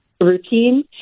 routine